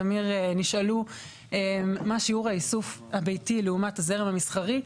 תמיר נשאלו מה שיעור האיסוף הביתי לעומת הזרם המסחרי,